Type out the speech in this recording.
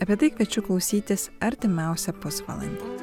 apie tai kviečiu klausytis artimiausią pusvalandį